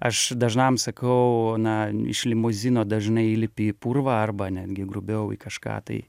aš dažnam sakau na iš limuzino dažnai įlipi į purvą arba netgi grubiau į kažką tai